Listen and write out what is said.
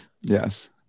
Yes